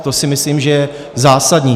To si myslím, že je zásadní.